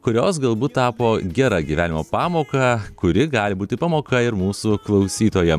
kurios galbūt tapo gera gyvenimo pamoka kuri gali būti pamoka ir mūsų klausytojam